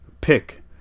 pick